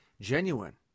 genuine